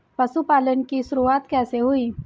पशुपालन की शुरुआत कैसे हुई?